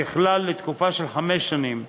ככלל, לתקופה של חמש שנים,